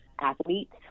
athletes